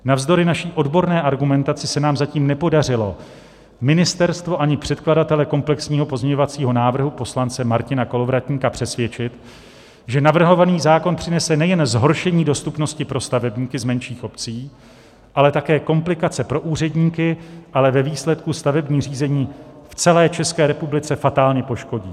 Navzdory naší odborné argumentaci se nám zatím nepodařilo ministerstvo ani předkladatele komplexního pozměňovacího návrhu poslance Martina Kolovratníka přesvědčit, že navrhovaný zákon přinese nejen zhoršení dostupnosti pro stavebníky z menších obcí, ale také komplikace pro úředníky a ve výsledku stavební řízení v celé České republice fatálně poškodí.